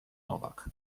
nowak